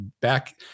back